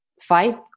fight